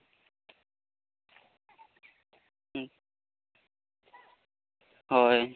ᱦᱩᱸ ᱦᱳᱭ